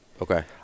Okay